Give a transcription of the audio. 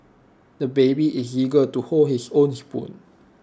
the baby is eager to hold his own spoon